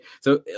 So-